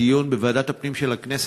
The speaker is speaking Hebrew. דיון בוועדת הפנים של הכנסת.